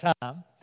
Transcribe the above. time